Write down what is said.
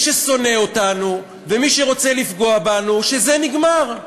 ששונא אותנו ולמי שרוצה לפגוע בנו שזה נגמר.